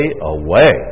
away